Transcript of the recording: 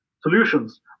solutions